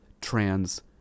trans